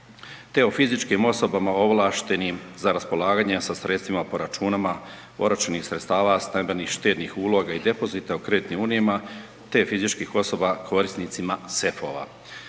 te o fizičkim osobama ovlaštenim za raspolaganje sa sredstvima po računima oročenih sredstava stambenih štednih uloga i depozita u kreditnim unijama te fizičkih osoba korisnicima sefova.